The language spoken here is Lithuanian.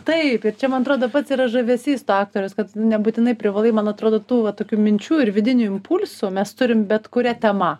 taip ir čia man atrodo pats yra žavesys to aktorius kad nebūtinai privalai man atrodo tų vat tokių minčių ir vidinių impulsų mes turim bet kuria tema